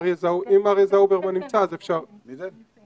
אם אריה זאוברמן נמצא אז אפשר --- כן, יש לנו.